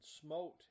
smote